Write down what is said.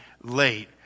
late